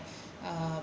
uh